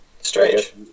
Strange